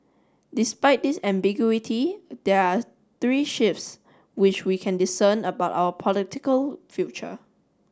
despite this ambiguity there are three shifts which we can discern about our political future